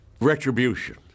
retribution